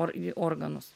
or į organus